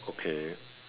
okay